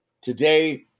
today